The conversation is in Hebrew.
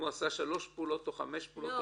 אם הוא עשה שלוש פעולות או חמש פעולות?